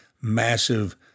massive